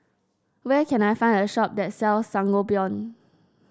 where can I find a shop that sells Sangobion